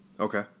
Okay